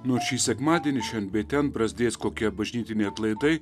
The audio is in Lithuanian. nors šį sekmadienį šen bei ten prasidės kokie bažnytiniai atlaidai